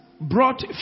brought